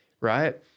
right